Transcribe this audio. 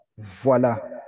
Voilà